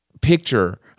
picture